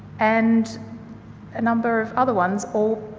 and a number of other ones all